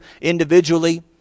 individually